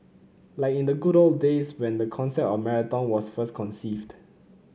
like in the good old days when the concept of marathon was first conceived